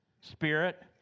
spirit